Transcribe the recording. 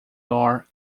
are